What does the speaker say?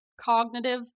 cognitive